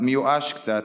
מיואש קצת,